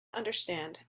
understand